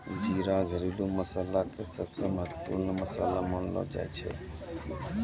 जीरा घरेलू मसाला के सबसॅ महत्वपूर्ण मसाला मानलो जाय छै